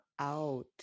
out